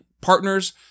partners